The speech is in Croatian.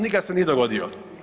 Nikad se nije dogodio.